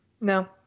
no